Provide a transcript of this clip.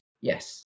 Yes